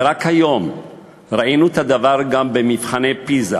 ורק היום ראינו את הדבר גם במבחני פיז"ה,